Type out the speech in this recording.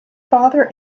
father